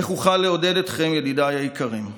איך אוכל לעודד אתכם, ידידיי היקרים?